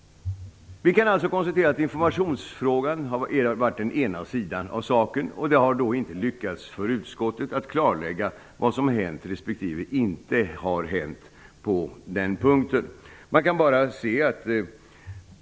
Vi kan alltså konstatera att informationsfrågan varit den ena sida av saken. Det har inte lyckats för utskottet att på den punkten klarlägga vad som har hänt respektive vad som inte har hänt.